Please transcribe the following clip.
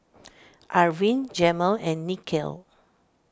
Arvin Jamel and Nichelle